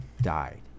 died